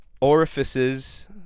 Orifices